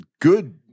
good –